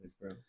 bro